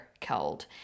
cold